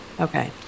Okay